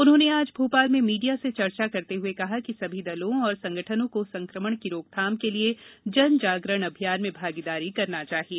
उन्होंने आज भोपाल में मीडिया से चर्चा करते हुए कहा कि सभी दलो और संगठनो को संक्रमण की रोकथाम के लिए जन जागरण अभियान में भागीदारी करनी चाहिए